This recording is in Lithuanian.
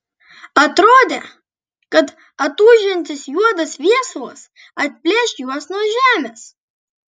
atrodė kad atūžiantis juodas viesulas atplėš juos nuo žemės